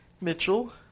Mitchell